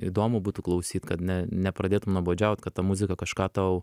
įdomu būtų klausyt kad ne nepradėtum nuobodžiaut kad ta muzika kažką tau